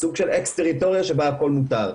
היא סוג של אקס טריטוריה שבה הכול מותר,